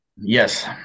Yes